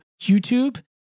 YouTube